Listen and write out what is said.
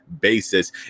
basis